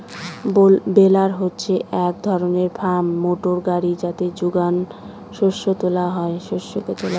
বেলার হচ্ছে এক ধরনের ফার্ম মোটর গাড়ি যাতে যোগান শস্যকে তোলা হয়